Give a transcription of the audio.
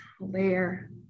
layer